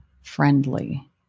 friendly